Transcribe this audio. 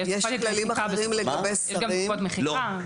יש גם תקופות מחיקה.